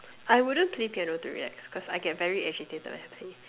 I wouldn't play piano to relax cause I I get very agitated when I play